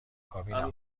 کابینم